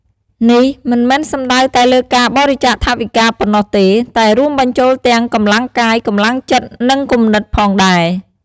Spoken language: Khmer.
នេះមិនមែនសំដៅតែលើការបរិច្ចាគថវិកាប៉ុណ្ណោះទេ តែរួមបញ្ចូលទាំង កម្លាំងកាយ កម្លាំងចិត្ត និងគំនិត ផងដែរ។